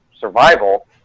survival